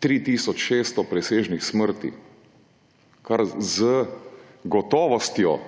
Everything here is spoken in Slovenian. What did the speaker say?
tisoč 600 presežnih smrti, kar z gotovostjo